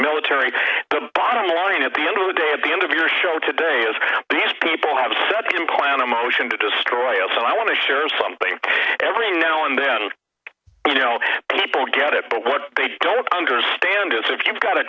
military the bottom line at the end of the day at the end of your show today as these people have a second plan in motion to destroy it so i want to share something every now and then adult you know people get it but what they don't understand is if you've got a